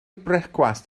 brecwast